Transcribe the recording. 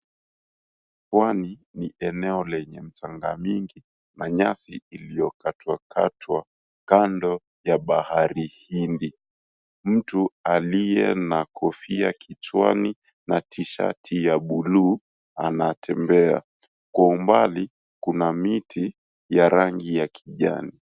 Pwani ni eneo lenye mchanga mingi na nyasi iliyokatwakatwa kando ya bahari Hindi. Mtu aliye na kofia kichwani na tishati ya buluu anatembea, kwa umbali kuna miti ya rangi ya kijani.